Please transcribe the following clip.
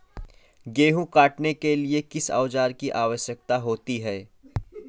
गेहूँ काटने के लिए किस औजार की आवश्यकता होती है?